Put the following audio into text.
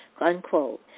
unquote